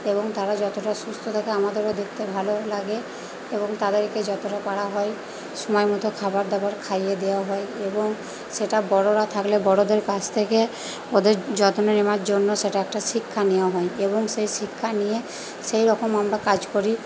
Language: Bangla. এবং তারা যতটা সুস্থ থাকে আমাদেরও দেখতে ভালো লাগে এবং তাদেরকে যতটা পারা হয় সময়মতো খাবার দাবার খাইয়ে দেওয়া হয় এবং সেটা বড়োরা থাকলে বড়োদের কাছ থেকে ওদের যত্ন নেবার জন্য সেটা একটা শিক্ষাণীয় হয় এবং সেই শিক্ষা নিয়ে সেই রকম আমরা কাজ করি